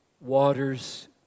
waters